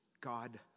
God